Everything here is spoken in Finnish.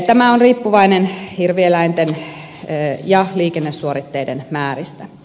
tämä on riippuvainen hirvieläinten ja liikennesuoritteiden määristä